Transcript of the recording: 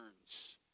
turns